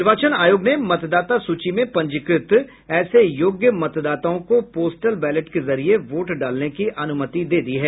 निर्वाचन आयोग ने मतदाता सूची में पंजीकृत ऐसे योग्य मतदाताओं को पोस्टल बैलेट के जरिये वोट डालने की अनुमति दे दी है